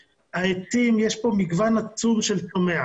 העצים, יש כאן מגוון עצום של צומח.